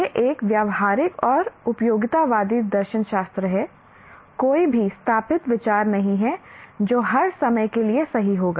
यह एक व्यावहारिक और उपयोगितावादी दर्शनशास्त्र है कोई भी स्थापित विचार नहीं है जो हर समय के लिए सही होगा